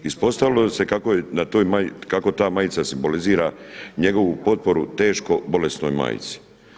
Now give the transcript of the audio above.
Ispostavilo se kako ta majica simbolizira njegovu potporu teško bolesnoj majci.